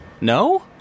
No